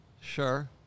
Sure